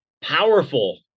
powerful